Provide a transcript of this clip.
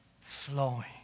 flowing